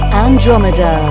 andromeda